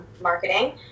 marketing